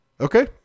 okay